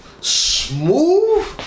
Smooth